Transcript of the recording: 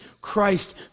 Christ